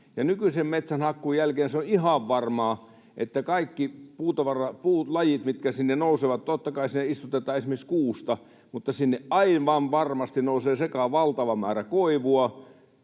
nykyisen metsänhakkuun jälkeen se on ihan varmaa, että kaikki puulajit, mitkä sinne nousevat... Totta kai sinne istutetaan esimerkiksi kuusta, mutta sinne aivan varmasti nousee sekaan valtava määrä koivua,